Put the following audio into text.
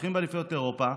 זוכים באליפויות אירופה,